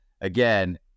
again